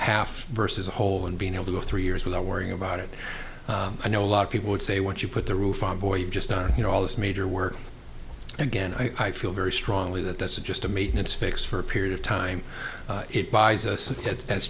half versus a whole and being able to go three years without worrying about it i know a lot of people would say what you put the roof on boy you've just done you know all this major work again i feel very strongly that that's just a maintenance fix for a period of time it buys us a